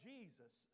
Jesus